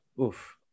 oof